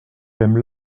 thèmes